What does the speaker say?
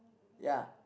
ya